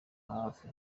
hafi